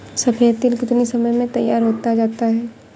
सफेद तिल कितनी समय में तैयार होता जाता है?